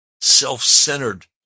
Self-centered